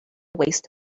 waste